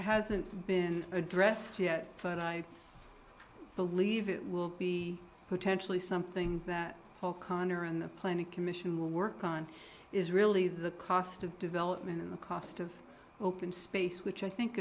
hasn't been addressed yet but i believe it will be potentially something that paul connor and the planning commission will work on is really the cost of development and the cost of open space which i think